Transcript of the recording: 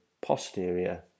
posterior